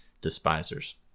despisers